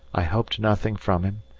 i hoped nothing from him,